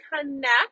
connect